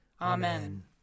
Amen